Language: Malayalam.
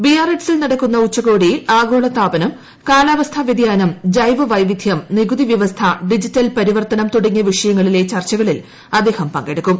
ബിയാറിറ്റ്സിൽ നടക്കുന്ന ഉച്ചകോടിയിൽ ആഗോളതാപനം കാലാവസ്ഥാവ്യതിയാനം ജൈവവൈവിധ്യം നികുതിവ്യവസ്ഥ ഡിജിറ്റൽ പരിവർത്തനം തുടങ്ങിയ വിഷയങ്ങളിലെ ചർച്ചകളിൽ അദ്ദേഹം പങ്കെടുക്കും